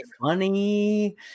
funny